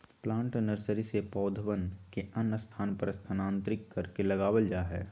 plant nursery से पौधवन के अन्य स्थान पर स्थानांतरित करके लगावल जाहई